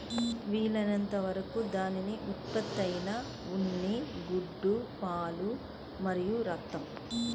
వీలైనంత వరకు దాని ఉత్పత్తులైన ఉన్ని, గుడ్లు, పాలు మరియు రక్తం